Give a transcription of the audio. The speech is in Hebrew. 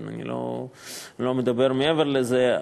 אני לא מדבר מעבר לזה,